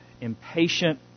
impatient